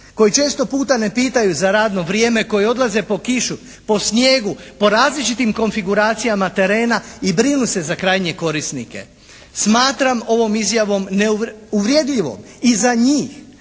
koji često puta ne pitaju za radno vrijeme, koji odlaze po kiši, po snijegu, po različitim konfiguracijama terena i brinu se za krajnje korisnike. Smatram ovom izjavom uvredljivom i za njih